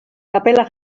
kapela